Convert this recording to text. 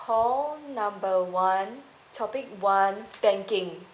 call number one topic one banking